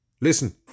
Listen